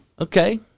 Okay